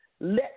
Let